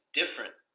different